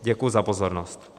Děkuji za pozornost.